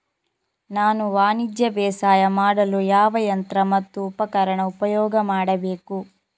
ನಾನು ವಾಣಿಜ್ಯ ಬೇಸಾಯ ಮಾಡಲು ಯಾವ ಯಂತ್ರ ಮತ್ತು ಉಪಕರಣ ಉಪಯೋಗ ಮಾಡಬೇಕು?